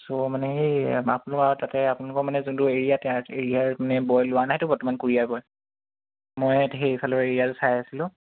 ছ' মানে এই আপোনাৰ তাতে আপোনালোকৰ মানে যোনটো এৰিয়া এৰিয়াৰ মানে বয় লোৱা নাইতো বৰ্তমান কুৰিয়াৰ বয় মই সেইফালৰ এৰিয়াতো চাই আছিলোঁ